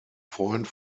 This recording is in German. freund